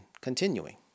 continuing